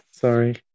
sorry